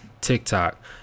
tiktok